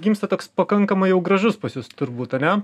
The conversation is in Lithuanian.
gimsta toks pakankamai jau gražus pas jus turbūt ane